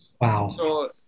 Wow